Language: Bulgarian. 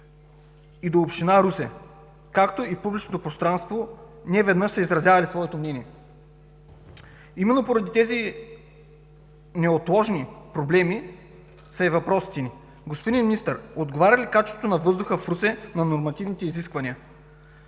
и до Община Русе, както и в публичното пространство неведнъж са изразявали своето мнение. Именно поради тези неотложни проблеми са и въпросите ни: Господин Министър, отговаря ли качеството на въздуха в Русе на нормативните изисквания?